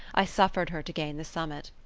i suffered her to gain the summit.